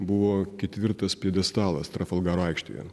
buvo ketvirtas pjedestalas trafalgaro aikštėje